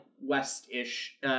west-ish